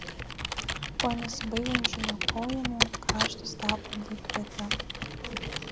po nesibaigiančių niokojimų kraštas tapo dykviete